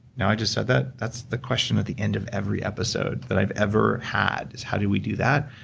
now, i just said that, that's the question at the end of every episode that i've ever had is, how do we do that?